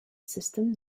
system